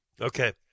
Okay